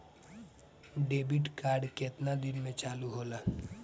Debit card केतना दिन में चालु होला?